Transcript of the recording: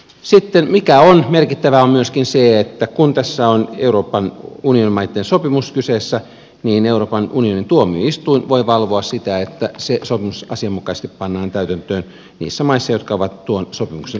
se mikä on merkittävää on myöskin se että kun tässä on euroopan unionimaitten sopimus kyseessä niin euroopan unionin tuomioistuin voi valvoa sitä että se sopimus asianmukaisesti pannaan täytäntöön niissä maissa jotka ovat tuon sopimuksen ratifioineet